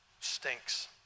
Stinks